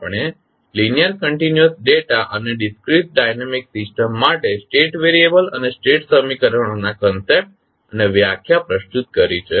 આપણે linear continuous data અને discrete dynamic systems માટે સ્ટેટ વેરીયબલ અને સ્ટેટ સમીકરણો ના કંસેપ્ટ અને વ્યાખ્યા પ્રસ્તુત કરી છે